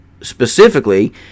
specifically